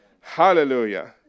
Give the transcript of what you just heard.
Hallelujah